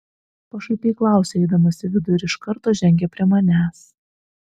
pašaipiai klausia eidamas į vidų ir iš karto žengia prie manęs